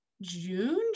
June